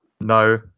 no